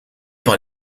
par